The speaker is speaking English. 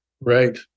Right